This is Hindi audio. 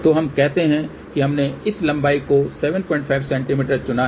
तो हम कहते हैं कि हमने इस लंबाई को 75 सेमी चुना है